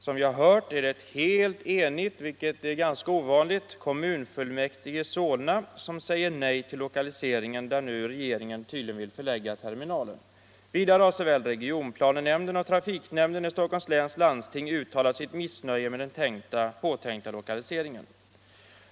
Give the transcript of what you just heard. Som vi har hört är det en helt enig kommunfullmäktigeförsamling — vilket är ganska ovanligt — i Solna som säger nej till lokaliseringen på den plats där nu regeringen tydligen vill förlägga terminalen. Vidare har såväl regionplanenämnden som trafiknämnden i Stockholms läns landsting uttalat sitt missnöje med den påtänkta lokaliseringen.